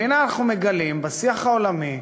והנה אנחנו מגלים בשיח העולמי,